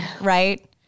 right